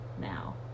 now